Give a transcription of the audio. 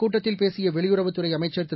கூட்டத்தில் பேசிய வெளியுறவுத் துறை அமைச்சர் திரு